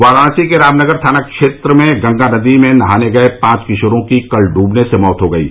वाराणसी के रामनगर थाना क्षेत्र में गंगा नदी में नहाने गये पांच किशोरों की कल डूबने से मौत हो गयी